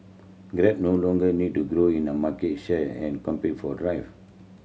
grab no longer needs to grow in a market share and compete for driver